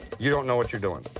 you don't know what you're doing.